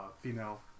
female